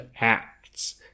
acts